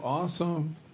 Awesome